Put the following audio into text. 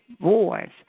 voice